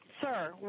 Sir